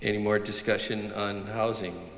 any more discussion on housing